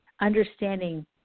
understanding